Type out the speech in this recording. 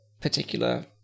particular